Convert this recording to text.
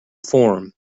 form